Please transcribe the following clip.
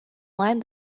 lined